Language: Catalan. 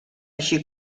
així